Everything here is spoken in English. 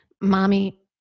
mommy